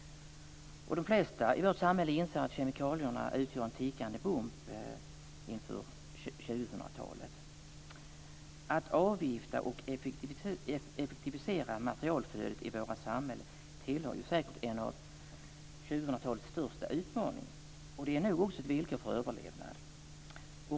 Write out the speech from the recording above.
De flesta i vårt samhälle inser att kemikalierna utgör en tickande bomb inför 2000-talet. Att avgifta och effektivisera materialflödet i våra samhällen är säkert en av 2000-talets största utmaningar. Det är nog också ett villkor för överlevnad.